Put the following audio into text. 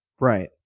right